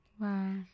Wow